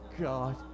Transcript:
God